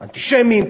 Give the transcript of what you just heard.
אנטישמים,